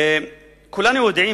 כולנו יודעים,